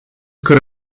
could